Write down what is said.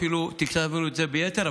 אפילו תקצבנו את זה ביתר,